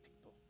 people